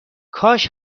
کاش